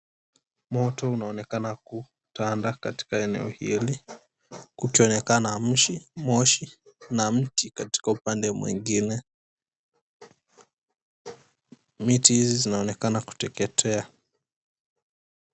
Moto unaonekana kutanda katika eneo hili. Kukionekana moshi na mti katika upande mwingine. Miti hizi zinaonekana kuteketea.